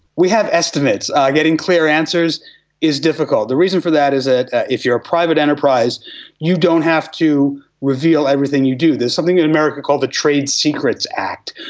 we have estimates. getting clear answers is difficult. the reason for that is that if you are a private enterprise you don't have to reveal everything you do. there's something in america called the trades secret act,